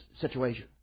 situation